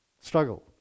struggle